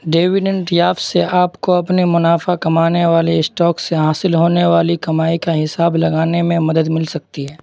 ڈیویننٹ یاف سے آپ کو اپنے منافہ کمانے والے اسٹوک سے حاصل ہونے والی کمائی کا حساب لگانے میں مدد مل سکتی ہے